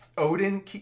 Odin